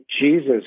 Jesus